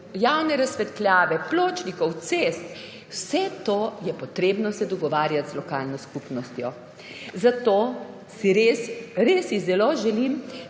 javne razsvetljave, pločnikov, cest, za vse to se je treba dogovarjati z lokalno skupnostjo. Zato si res zelo želim,